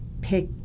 pick